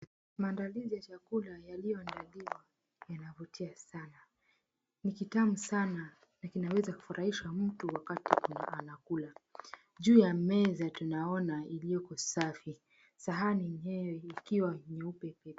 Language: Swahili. Maandalizi ya chakula yaliyoandaliwa yanavutia sana ni kitamu sana na kinaweza kufurahisisha mtu wakati anakula. Juu ya meza tunaona iliyoko safii sahani yenyewe ikiwa nyeupe hivi.